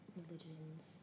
religions